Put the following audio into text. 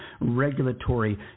regulatory